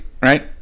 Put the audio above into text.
right